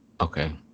Okay